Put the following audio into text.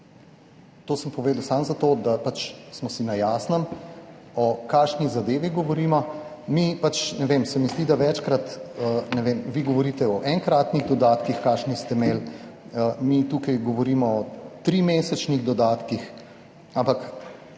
To sem povedal samo zato, da smo si na jasnem, o kakšni zadevi govorimo. Se mi zdi, da večkrat, ne vem, vi govorite o enkratnih dodatkih, kakšne ste imeli, mi tukaj govorimo o trimesečnih dodatkih. Ampak